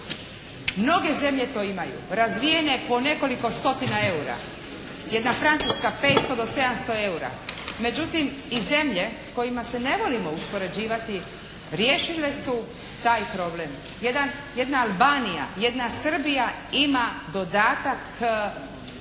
Mnoge zemlje to imaju razvijene po nekoliko stotina eura. Jedna Francuska 500 do 700 eura, međutim i zemlje s kojima se ne volimo uspoređivati riješile su taj problem. Jedna Albanija, jedna Srbija ima dodatak